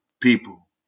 people